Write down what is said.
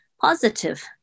positive